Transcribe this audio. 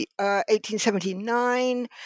1879